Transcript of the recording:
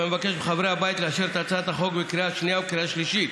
ואני מבקש מחברי הבית לאשר את הצעת החוק בקריאה השנייה ובקריאה השלישית.